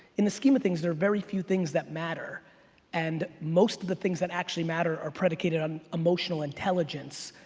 in the scheme of things there're very few things that matter and most of the things that actually matter are predicated on emotional intelligence,